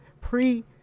pre